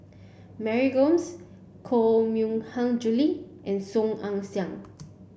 Mary Gomes Koh Mui Hiang Julie and Song Ong Siang